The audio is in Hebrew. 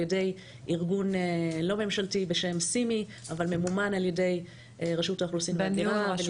ידי ארגון לא ממשלתי בשם CIMI אבל ממומן ע"י רשות האוכלוסין